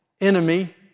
enemy